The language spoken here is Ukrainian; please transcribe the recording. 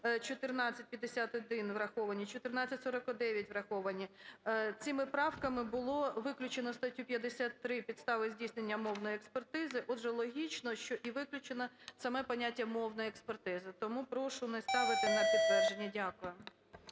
1451 враховані, 1449 враховані. Цими правками було виключено статтю 53 "Підстави здійснення мовної експертизи". Отже, логічно, що і виключено саме поняття мовної експертизи. Тому прошу не ставити на підтвердження. Дякую.